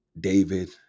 David